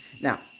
Now